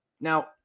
Now